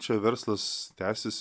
čia verslas tęsis